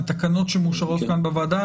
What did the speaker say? התקנות שמאושרות כאן בוועדה,